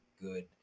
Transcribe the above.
good